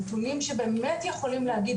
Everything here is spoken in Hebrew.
נתונים שבאמת יכולים להגיד,